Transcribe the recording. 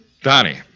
Donnie